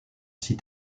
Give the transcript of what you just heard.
six